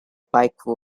pike